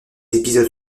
épisodes